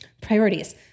priorities